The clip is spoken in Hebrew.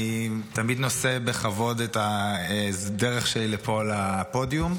אני תמיד נושא בכבוד את הדרך שלי לפה לפודיום,